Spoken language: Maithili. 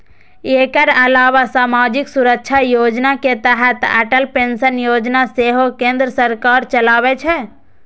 एकर अलावा सामाजिक सुरक्षा योजना के तहत अटल पेंशन योजना सेहो केंद्र सरकार चलाबै छै